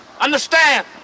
Understand